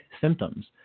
symptoms